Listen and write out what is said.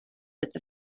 with